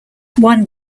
one